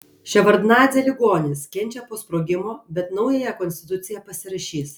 ševardnadzė ligonis kenčia po sprogimo bet naująją konstituciją pasirašys